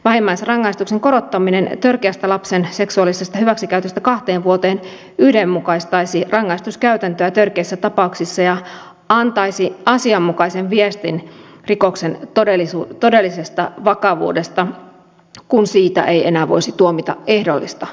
vähimmäisrangaistuksen korottaminen kahteen vuoteen törkeässä lapsen seksuaalisessa hyväksikäytössä yhdenmukaistaisi rangaistuskäytäntöä törkeissä tapauksissa ja antaisi asianmukaisen viestin rikoksen todellisesta vakavuudesta kun siitä ei enää voisi tuomita ehdollista vankeutta